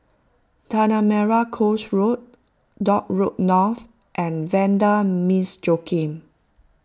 Tanah Merah Coast Road Dock Road North and Vanda Miss Joaquim